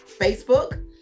facebook